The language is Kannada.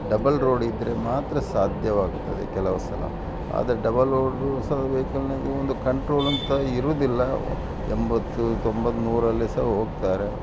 ಡಬಲ್ ರೋಡ್ ಇದ್ದರೆ ಮಾತ್ರ ಸಾಧ್ಯವಾಗ್ತದೆ ಕೆಲವು ಸಲ ಆದರೆ ಡಬಲ್ ರೋಡು ಸಹ ವೇಕಲಿನಲ್ಲಿ ಒಂದು ಕಂಟ್ರೋಲ್ ಅಂತ ಇರುವುದಿಲ್ಲ ಎಂಬತ್ತು ತೊಂಬತ್ತು ನೂರಲ್ಲಿ ಸಹ ಹೋಗ್ತಾರೆ